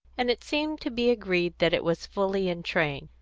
and it seemed to be agreed that it was fully in train,